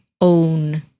own